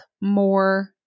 more